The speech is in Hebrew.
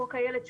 חוק איילת שקד.